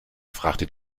fragte